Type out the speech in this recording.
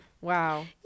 Wow